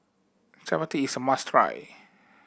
chapati is a must try